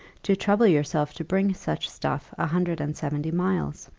to trouble yourself to bring such stuff a hundred and seventy miles?